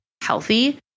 healthy